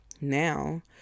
Now